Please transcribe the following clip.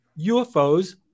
ufos